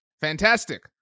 Fantastic